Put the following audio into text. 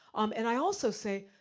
um and i also say,